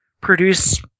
produce